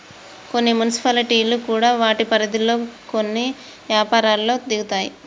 కొన్ని మున్సిపాలిటీలు కూడా వాటి పరిధిలో కొన్ని యపారాల్లో దిగుతాయి